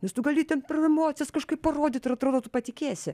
nes tu gali ten per emocijas kažkaip parodyt ir atrodo tu patikėsi